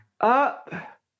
up